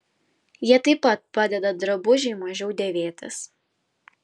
jie taip pat padeda drabužiui mažiau dėvėtis